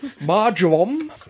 Marjoram